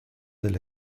del